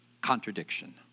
contradiction